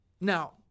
Now